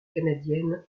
canadienne